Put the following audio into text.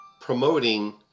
promoting